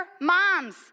moms